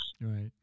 Right